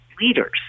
leaders